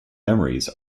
memories